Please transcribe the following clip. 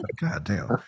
Goddamn